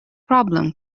problem